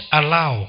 allow